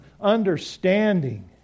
understanding